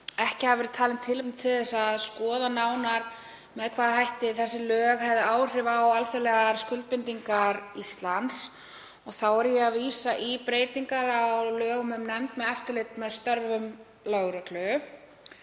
ekki hafi verið talið tilefni til að skoða nánar með hvaða hætti þessi lög hefðu áhrif á alþjóðlegar skuldbindingar Íslands, þá er ég að vísa í breytingar á lögum um nefnd um eftirlit með störfum lögreglu,